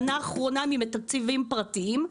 שנה אחרונה אני מתקציבים פרטיים.